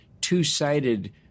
two-sided